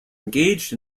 engaged